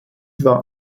war